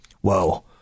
Whoa